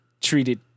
treated